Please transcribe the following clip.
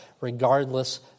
regardless